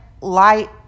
light